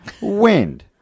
Wind